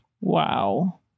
Wow